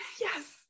yes